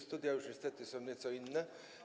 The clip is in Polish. Studia już niestety są nieco inne.